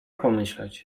pomyśleć